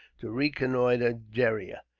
to reconnoitre gheriah,